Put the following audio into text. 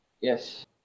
Yes